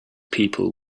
people